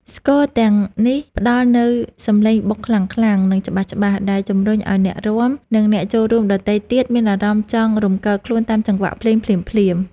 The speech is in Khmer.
ស្គរទាំងនេះផ្តល់នូវសម្លេងបុកខ្លាំងៗ និងច្បាស់ៗ ដែលជំរុញឱ្យអ្នករាំ និងអ្នកចូលរួមដទៃទៀតមានអារម្មណ៍ចង់រំកិលខ្លួនតាមចង្វាក់ភ្លេងភ្លាមៗ។